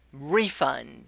refund